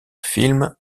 film